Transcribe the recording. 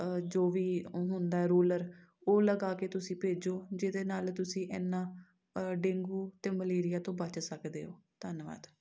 ਜੋ ਵੀ ਹੁੰਦਾ ਰੂਲਰ ਉਹ ਲਗਾ ਕੇ ਤੁਸੀਂ ਭੇਜੋ ਜਿਹਦੇ ਨਾਲ ਤੁਸੀਂ ਇੰਨਾ ਡੇਂਗੂ ਅਤੇ ਮਲੇਰੀਆ ਤੋਂ ਬਚ ਸਕਦੇ ਹੋ ਧੰਨਵਾਦ